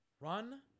run